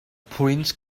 pwynt